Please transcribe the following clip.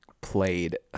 played